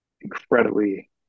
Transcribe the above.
incredibly